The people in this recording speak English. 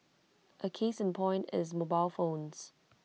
A case in point is mobile phones